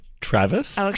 Travis